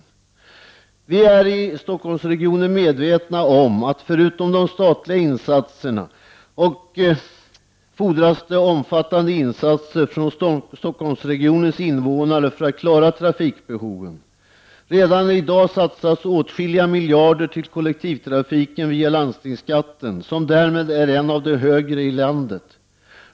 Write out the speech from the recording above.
Vi är medvetna om att det förutom de statliga insatserna fordras omfattande insatser från Stockholmsregionens invånare för att klara trafikbehoven. Redan i dag satsas åtskilliga miljarder till kollektivtrafiken via landstingsskatten, som därmed är en av de högre i landet.